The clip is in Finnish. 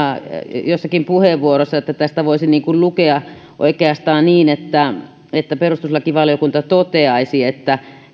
jossakin puheenvuorossa että tästä voisi lukea oikeastaan niin että että perustuslakivaliokunta toteaisi että